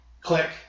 click